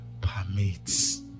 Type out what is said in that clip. permits